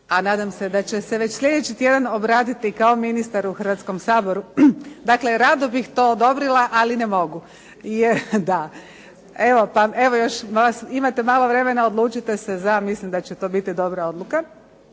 a nadam se da će se već slijedeći tjedan obratiti kao ministar u Hrvatskom saboru. Dakle, rado bih to odobrila ali ne mogu. Imate još malo vremena, odlučite se za mislim da će to biti dobra odluka.